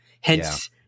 Hence